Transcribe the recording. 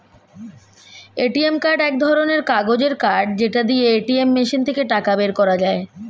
ATM card এক ধরণের কাগজের কার্ড যেটা দিয়ে এটিএম মেশিন থেকে টাকা বের করা যায়